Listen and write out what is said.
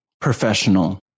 Professional